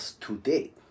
today